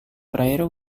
prairie